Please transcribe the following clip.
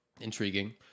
intriguing